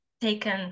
taken